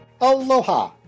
Aloha